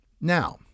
Now